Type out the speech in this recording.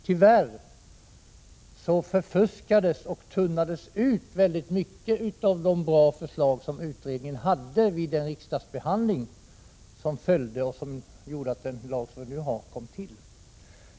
Tyvärr förfuskades och uttunnades mycket av de bra förslag utredningen kom med vid den riksdagsbehandling som följde och som ledde till den lag vi nu har.